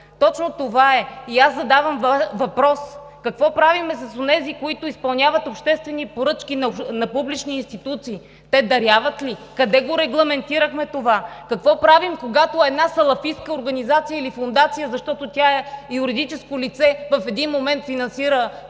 Точно това е. Задавам въпрос: какво правим с онези, които изпълняват обществени поръчки на публични институции? Те даряват ли? Къде го регламентирахме това? Какво правим, когато една салафитска организация или фондация, защото тя е юридическо лице, в един момент финансира